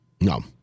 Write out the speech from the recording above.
No